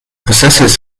possesses